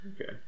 okay